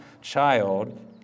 child